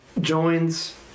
joins